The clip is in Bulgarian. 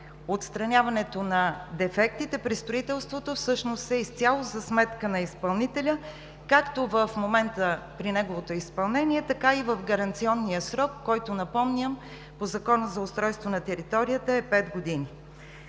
Отстраняването на дефектите при строителството е изцяло за сметка на изпълнителя както при неговото изпълнение, така и в рамките на гаранционния срок, който, напомням, по Закона за устройство на територията е пет години.